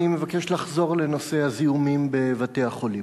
אני מבקש לחזור לנושא הזיהומים בבתי-החולים.